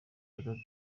batatu